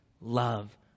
love